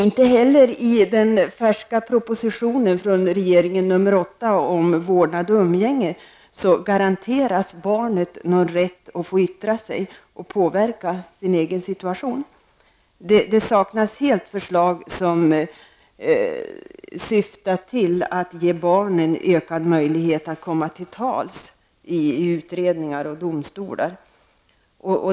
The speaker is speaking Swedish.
Inte heller i den färska propositionen 1990/91:8 om vårdnad och umgänge garanteras barnet rätt att få yttra sig och påverka sin egen situation. Det saknas helt förslag som syftar till ökade möjligheter för barnet att få komma till tals i utredningar eller domstolar.